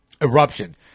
eruption